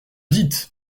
dites